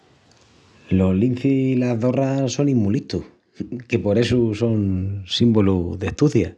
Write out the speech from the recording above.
Los lincis i las zorras sonin mu listus, que por essu son símbolus d'estucia.